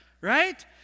right